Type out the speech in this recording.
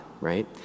right